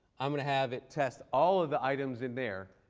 i'm going to have it test all of the items in there,